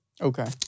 Okay